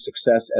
success